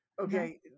Okay